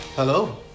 Hello